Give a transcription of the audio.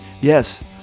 Yes